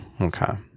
Okay